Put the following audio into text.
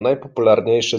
najpopularniejsze